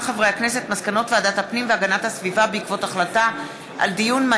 מסקנות ועדת הפנים והגנת הסביבה בעקבות דיון מהיר